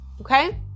okay